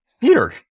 Peter